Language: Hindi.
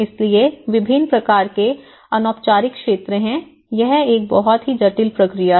इसलिए विभिन्न प्रकार के अनौपचारिक क्षेत्र हैं यह एक बहुत ही जटिल प्रक्रिया है